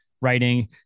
writing